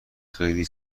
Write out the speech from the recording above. خیلی